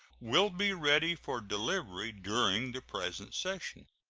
will be ready for delivery during the present session.